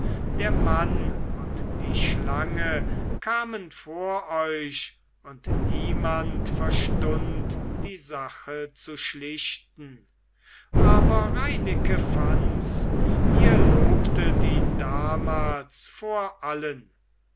der mann und die schlange kamen vor euch und niemand verstund die sache zu schlichten aber reineke fands ihr lobtet ihn damals vor allen